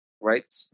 Right